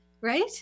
Right